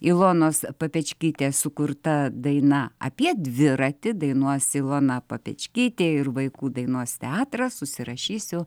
ilonos papečkytės sukurta daina apie dviratį dainuos ilona papečkytė ir vaikų dainos teatras užsirašysiu